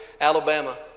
Alabama